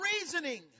reasoning